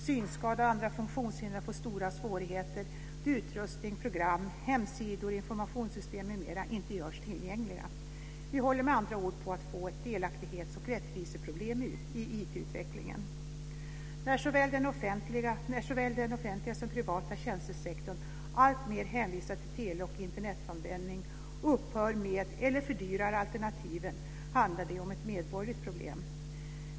Synskadade och andra funktionshindrade får stora svårigheter då utrustning, program, hemsidor och informationssystem m.m. inte görs tillgängliga. Vi håller med andra ord på att få ett delaktighets och rättviseproblem i IT-utvecklingen. När såväl den offentliga som offentliga tjänstesektorn alltmer hänvisar till tele och Internetanvändning och upphör med eller fördyrar alternativen handlar det om ett medborgerligt problem.